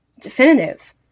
definitive